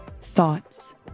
thoughts